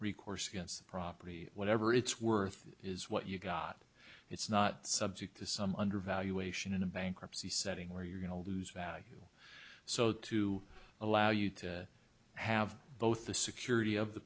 recourse against property whatever it's worth is what you've got it's not subject to some undervaluation in a bankruptcy setting where you're going to lose value so to allow you to have both the security of the